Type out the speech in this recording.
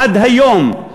עד היום,